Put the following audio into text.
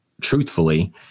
truthfully